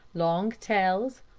long tails,